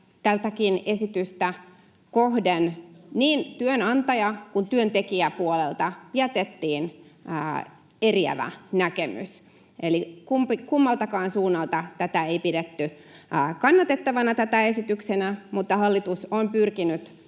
esitystä kohden niin työnantaja- kuin työntekijäpuolelta jätettiin eriävä näkemys. Eli kummaltakaan suunnalta tätä ei pidetty kannatettavana esityksenä, mutta hallitus on pyrkinyt